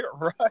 Right